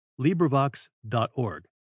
LibriVox.org